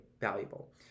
valuable